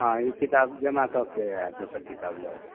हँ ई किताब जमा कऽ के आ दोसर किताब लऽ लेब